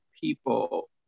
people